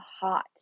hot